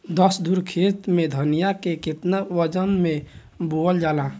दस धुर खेत में धनिया के केतना वजन मे बोवल जाला?